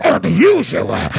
Unusual